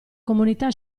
comunità